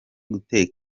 gute